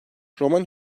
romen